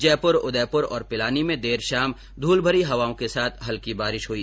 जयप्र उदयप्र और पिलानी में देर शाम ध्रलभरी हवाओं के साथ हल्की बारिश हुई